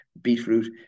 beetroot